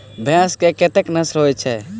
भैंस केँ कतेक नस्ल होइ छै?